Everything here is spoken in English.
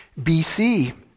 BC